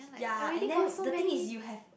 yea and then the thing is you have